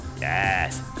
yes